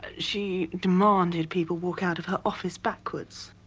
she demanded people walk out of her office backwards.